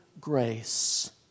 grace